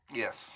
yes